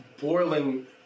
boiling